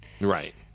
Right